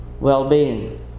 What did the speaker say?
well-being